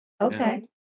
okay